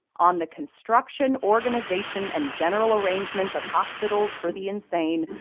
on the construction, organization and general arrangements of hospitals for the insane,